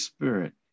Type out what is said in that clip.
Spirit